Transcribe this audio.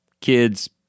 kids